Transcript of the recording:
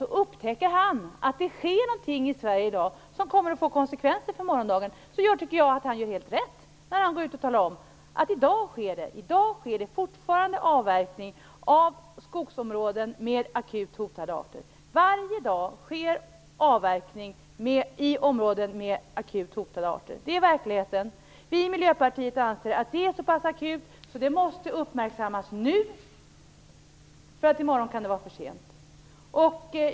Om han upptäcker att det sker någonting i Sverige i dag som kommer att få konsekvenser för morgondagen tycker jag att han gör helt rätt i att gå ut och tala om det: I dag sker det fortfarande avverkning av skogsområden med akut hotade arter. Varje dag sker avverkning i områden med akut hotade arter. Det är verkligheten. Vi i Miljöpartiet anser att det är så pass akut att det måste uppmärksammas nu. I morgon kan det vara för sent.